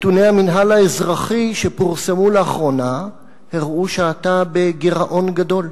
נתוני המינהל האזרחי שפורסמו לאחרונה הראו שאתה בגירעון גדול.